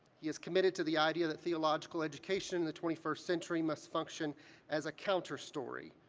he is committed to the idea that theological education in the twenty first century must function as a counterstory,